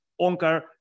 Onkar